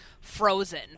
frozen